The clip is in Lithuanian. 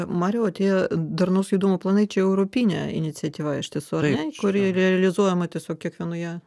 mariau atėjo darnaus judumo planai čia europinė iniciatyva iš tiesų ar ne kuri realizuojama tiesiog kiekvienoje